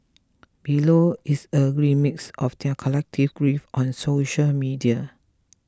below is a gree mix of their collective grief on social media